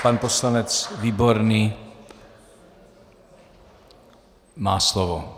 Pan poslanec Výborný má slovo.